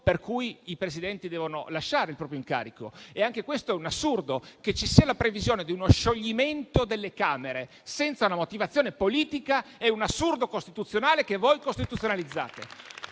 per cui i Presidenti debbano lasciare il proprio incarico. Anche questo è un assurdo: il fatto che ci sia la previsione di uno scioglimento delle Camere senza una motivazione politica è un assurdo costituzionale, che voi costituzionalizzate.